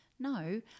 No